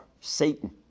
Satan